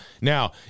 Now